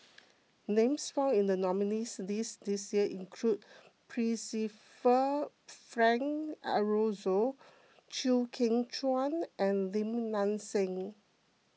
names found in the nominees' list this year include Percival Frank Aroozoo Chew Kheng Chuan and Lim Nang Seng